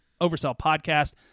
oversellpodcast